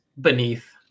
beneath